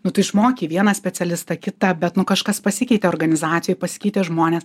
nu tu išmokei vieną specialistą kitą bet nu kažkas pasikeitė organizacijoj pasikeitė žmonės